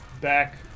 Back